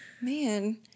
man